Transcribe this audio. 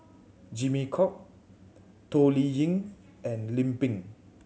Jimmy Chok Toh Liying and Lim Pin